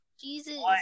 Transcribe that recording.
Jesus